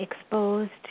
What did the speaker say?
exposed